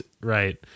right